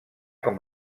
com